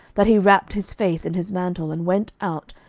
that he wrapped his face in his mantle, and went out,